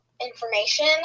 information